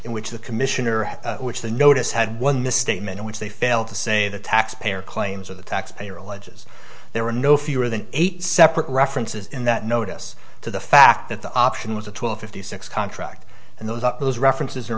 in which the commissioner has which the notice had one misstatement in which they failed to say the taxpayer claims or the taxpayer alleges there were no fewer than eight separate references in that notice to the fact that the option was a twelve fifty six contract and those up those references